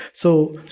so,